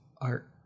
art